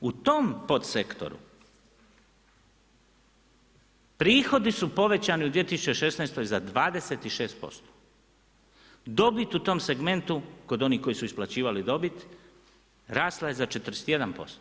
U tom podsektoru prihodi su povećani u 2016. za 26%. dobit u tom segmentu kod oni koji su isplaćivali dobit rasla je za 41%